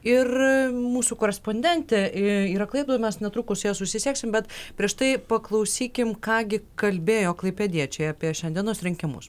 ir mūsų korespondentė yra klaipėdoj mes netrukus su ja susisieksim bet prieš tai paklausykim ką gi kalbėjo klaipėdiečiai apie šiandienos rinkimus